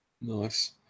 nice